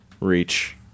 reach